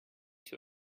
too